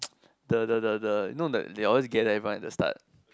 the the the the know the they always gather everyone at the start